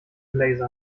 blazer